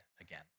again